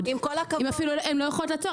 בתחום הזה אם הן אפילו לא יכולות לעצור?